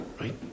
right